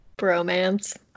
bromance